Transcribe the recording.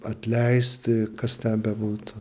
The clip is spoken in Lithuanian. atleisti kas ten bebūtų